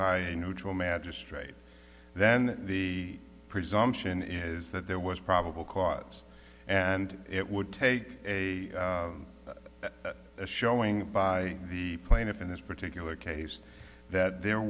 by a neutral magistrate then the presumption is that there was probable cause and it would take a showing by the plaintiff in this particular case that there